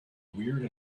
weird